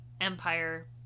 empire